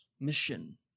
Mission